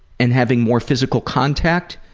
and having more physical contact,